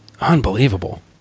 Unbelievable